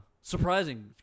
Surprising